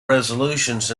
resolutions